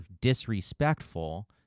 disrespectful